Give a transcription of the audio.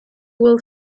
will